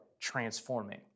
transforming